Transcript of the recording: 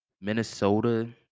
Minnesota